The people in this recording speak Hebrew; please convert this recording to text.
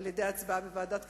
על-ידי הצבעה בוועדת הכספים.